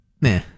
Nah